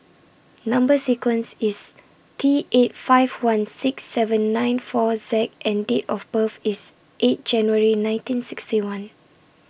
Number sequence IS T eight five one six seven nine four Z and Date of birth IS eight January nineteen sixty one